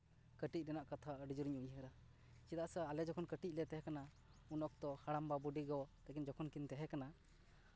ᱠᱟᱹᱴᱤᱡ ᱨᱮᱱᱟᱜ ᱠᱟᱛᱷᱟ ᱟᱹᱰᱤ ᱡᱳᱨᱤᱧ ᱩᱭᱦᱟᱹᱨᱟ ᱪᱮᱫᱟᱜ ᱥᱮ ᱟᱞᱮ ᱡᱚᱠᱷᱚᱱ ᱠᱟᱹᱴᱤᱡ ᱞᱮ ᱛᱟᱦᱮᱸ ᱠᱟᱱᱟ ᱩᱱ ᱚᱠᱛᱚ ᱦᱟᱲᱟᱢᱵᱟ ᱵᱩᱰᱤ ᱜᱚ ᱛᱟᱹᱠᱤᱱ ᱡᱚᱠᱷᱚᱱ ᱠᱤᱱ ᱛᱟᱦᱮᱸ ᱠᱟᱱᱟ